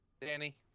Danny